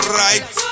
right